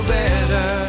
better